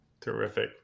Terrific